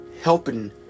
helping